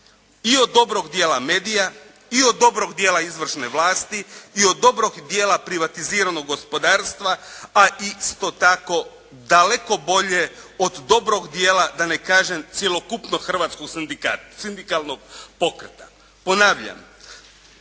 i od dobrog dijela medija i od dobrog dijela izvršne vlasti i od dobrog dijela privatiziranog gospodarstva, a i isto tako daleko bolje od dobrog dijela da ne kažem cjelokupnog hrvatskog sindikalnog pokreta. Ponavljam,